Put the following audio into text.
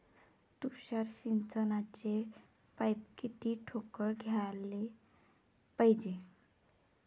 तुषार सिंचनाचे पाइप किती ठोकळ घ्याले पायजे?